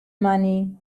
money